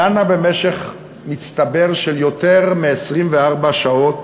דנה במשך מצטבר של יותר מ-24 שעות